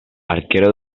arquero